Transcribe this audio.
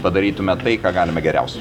padarytume tai ką galime geriausiai